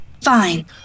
Fine